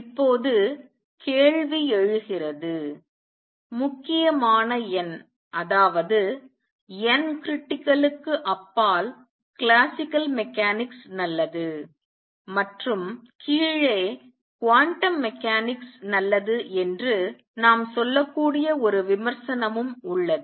இப்போது கேள்வி எழுகிறது முக்கியமான n க்கு அப்பால் கிளாசிக்கல் மெக்கானிக்ஸ் நல்லது மற்றும் கீழே குவாண்டம் மெக்கானிக்ஸ் நல்லது என்று நாம் சொல்லக்கூடிய ஒரு விமர்சனமும் உள்ளது